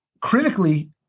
critically